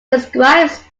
describes